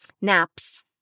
Naps